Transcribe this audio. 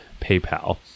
PayPal